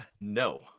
No